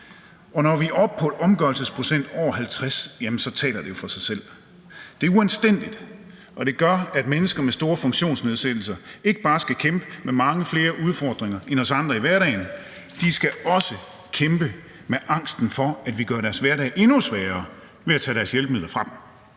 Og når vi er oppe på en omgørelsesprocent over 50, taler det jo for sig selv. Det er uanstændigt, og det gør, at mennesker med store funktionsnedsættelser ikke bare skal kæmpe med mange flere udfordringer end os andre i hverdagen, de skal også kæmpe med angsten for, at vi gør deres hverdag endnu sværere ved at tage deres hjælpemidler fra